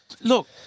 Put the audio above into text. Look